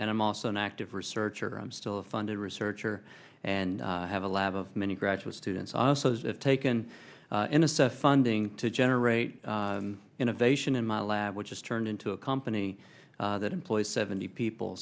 and i'm also an active researcher i'm still a funded researcher and have a lab of many graduate students also taken in assess funding to generate innovation in my lab which is turned into a company that employs seventy people